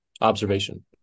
observation